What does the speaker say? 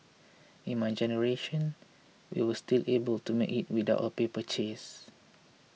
in my generation we were still able to make it without a paper chase